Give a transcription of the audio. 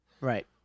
Right